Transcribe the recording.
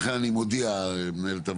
לכן אני מודיע, מנהלת הוועדה,